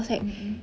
mm mm